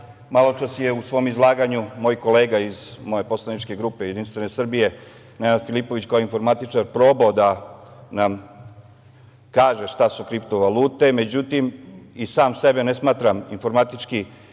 svojina. Maločas je u svom izlaganju, moj kolega iz moje poslaničke grupe Jedinstvene Srbije, Nenad Filipović, kao informatičar probao da nam kaže šta su kriptovalute, međutim, i sam sebe ne smatram formatički neukim,